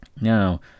now